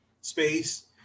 space